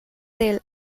del